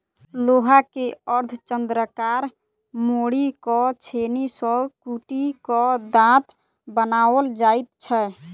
लोहा के अर्धचन्द्राकार मोड़ि क छेनी सॅ कुटि क दाँत बनाओल जाइत छै